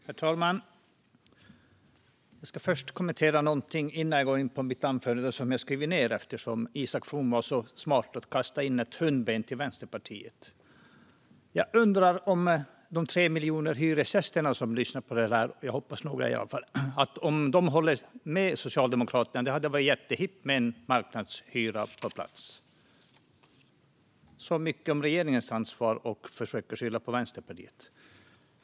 Herr talman! Jag ska först kommentera något innan jag går in på mitt anförande som jag skrivit ned. Isak From var smart och kastade in ett hundben till Vänsterpartiet. Jag undrar om de 3 miljonerna hyresgäster, som jag hoppas lyssnade på det, håller med Socialdemokraterna om att det hade varit jättehippt med marknadshyra på plats. Så mycket om regeringens ansvar och försök att skylla på Vänsterpartiet.